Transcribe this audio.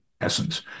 essence